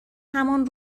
همان